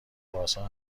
بازها